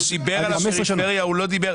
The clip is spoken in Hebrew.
לא,